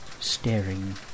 staring